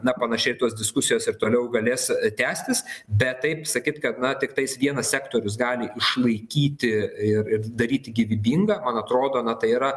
na panašiai ir tos diskusijos ir toliau galės tęstis bet taip sakyt kad na tiktais vienas sektorius gali išlaikyti ir ir daryti gyvybingą man atrodona tai yra